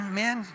men